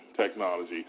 technology